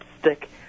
stick